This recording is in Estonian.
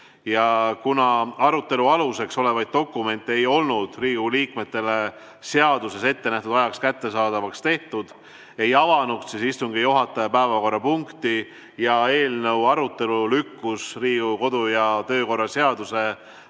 aga kuna arutelu aluseks olevaid dokumente ei olnud Riigikogu liikmetele seaduses ettenähtud ajaks kättesaadavaks tehtud, ei avanud istungi juhataja päevakorrapunkti ja eelnõu arutelu lükkus Riigikogu kodu- ja töökorra seaduse